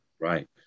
Right